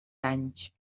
anys